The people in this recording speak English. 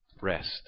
rest